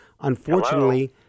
unfortunately